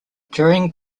during